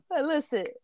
Listen